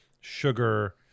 sugar